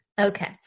Okay